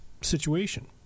situation